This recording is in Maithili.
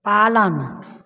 पालन